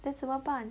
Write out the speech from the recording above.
then 怎么办